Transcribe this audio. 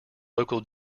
local